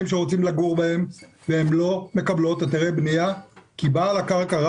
שרוצים לגור בהן והן לא מקבלות היתרי בנייה כי בעל הקרקע,